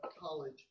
College